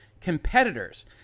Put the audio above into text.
competitors